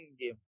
game